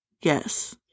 Yes